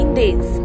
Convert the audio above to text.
days